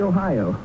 Ohio